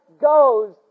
goes